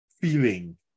feeling